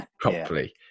properly